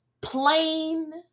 plain